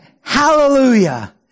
Hallelujah